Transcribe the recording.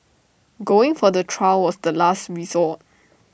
going for the trial was the last resort